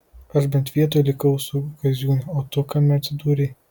aš bent vietoj likau su kaziūne o tu kame atsidūrei